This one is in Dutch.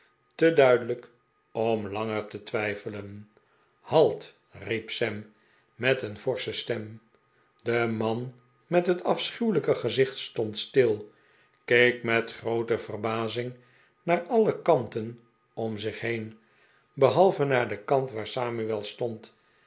te duidelijk om langer te twijfelen halt riep sam met een forsche stem de man met het afschuwelijke gezicht stond stil keek met groote verbazing naar alle kanten om zich heen behalve naar den kant waar samuel stond